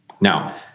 Now